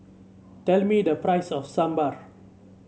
tell me the price of Sambared